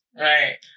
Right